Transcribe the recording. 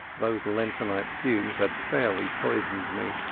those lentonite fumes had fairly poisoned me,